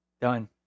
Done